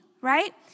right